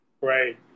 Right